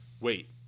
wait